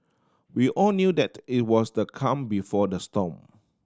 we all knew that it was the calm before the storm